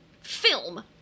film